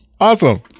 Awesome